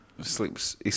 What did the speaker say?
sleeps